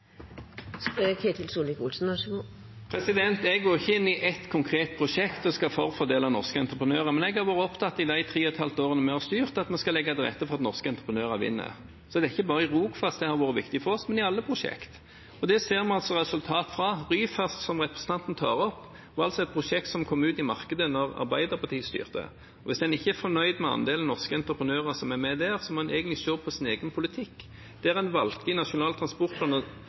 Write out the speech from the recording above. Jeg går ikke inn i ett konkret prosjekt og forfordeler norske entreprenører, men jeg har i de tre og et halvt årene vi har styrt, vært opptatt av at vi skal legge til rette for at norske entreprenører vinner. Det er ikke bare i Rogfast det har vært viktig for oss, men i alle prosjekter, og det ser vi altså resultater av. Ryfast, som representanten tar opp, er et prosjekt som kom ut i markedet da Arbeiderpartiet styrte. Hvis en ikke er fornøyd med andelen norske entreprenører som er med der, må en egentlig se på sin egen politikk, der en i Nasjonal transportplan